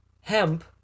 hemp